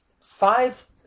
five